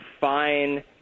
fine